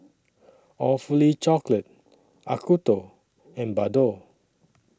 Awfully Chocolate Acuto and Bardot